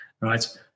right